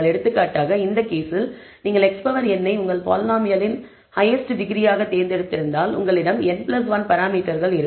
எடுத்துக்காட்டாக இந்த கேஸில் நீங்கள் xn ஐ உங்கள் பாலினாமியலின் ஹையெஸ்ட் டிகிரி ஆக தேர்ந்தெடுத்திருந்தால் உங்களிடம் n 1 பராமீட்டர்கள் இருக்கும்